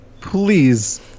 Please